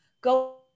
go